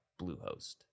Bluehost